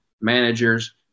managers